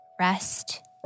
Rest